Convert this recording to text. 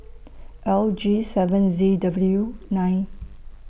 L G seven Z W nine